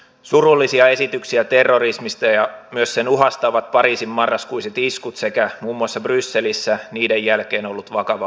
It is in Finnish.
surullisia esityksiä terrorismista ja myös sen uhasta ovat pariisin marraskuiset iskut sekä muun muassa brysselissä niiden jälkeen ollut vakava uhkatilanne